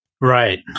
Right